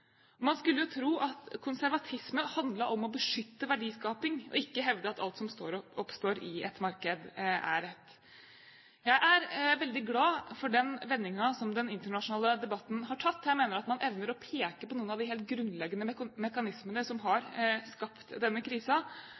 Man skulle jo tro at konservatisme handlet om å beskytte verdiskapning og ikke hevde at alt som oppstår i et marked, er rett. Jeg er veldig glad for den vendingen den internasjonale debatten har tatt. Jeg mener at man evner å peke på noen av de helt grunnleggende mekanismene som har skapt denne